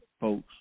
folks